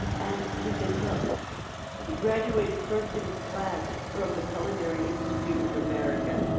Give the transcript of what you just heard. and he can cook he graduated first in his class from the culinary institute of america.